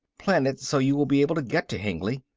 plan it so you will be able to get to hengly.